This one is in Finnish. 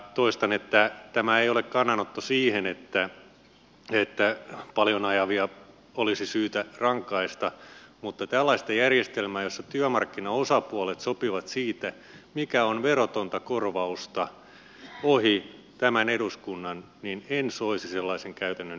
toistan että tämä ei ole kannanotto siihen että paljon ajavia olisi syytä rangaista mutta en soisi sellaisen käytännön yleistyvän jossa työmarkkinaosapuolet sopivat siitä mikä on verotonta korvausta ohi tämän eduskunnan niin en soisi sellaisen käytännön